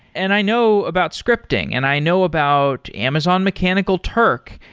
and i know about scripting, and i know about amazon mechanical turk,